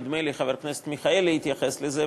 נדמה לי שחבר הכנסת מיכאלי התייחס לזה,